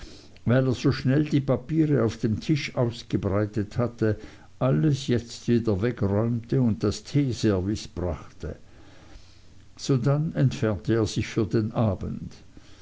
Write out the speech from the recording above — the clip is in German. weil er so schnell die papiere auf dem tisch ausgebreitet hatte alles jetzt wieder wegräumte und das teeservice brachte sodann entfernte er sich für den abend